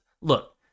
look